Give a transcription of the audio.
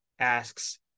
asks